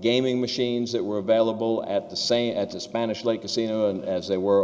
gaming machines that were available at the same at the spanish like the scene as they were